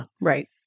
right